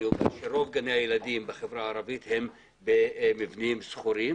רוב גני הילדים בחבר הערבית הם במבנים שכורים